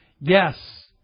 Yes